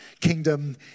kingdom